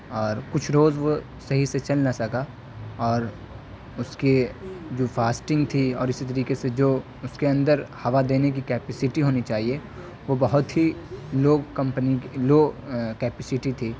اور کچھ روز وہ صحیح سے چل نہ سکا اور اس کے جو فاسٹنگ تھی اور اسی طریقے سے جو اس کے اندر ہوا دینے کی کیپیسٹی ہونی چاہیے وہ بہت ہی لو کمپنی کی لو کیپیسٹی تھی